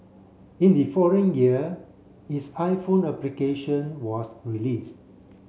in the following year its iPhone application was released